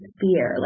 fear